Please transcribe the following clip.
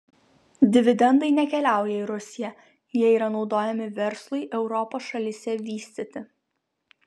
dividendai nekeliauja į rusiją jie yra naudojami verslui europos šalyse vystyti